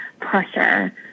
pressure